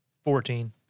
Fourteen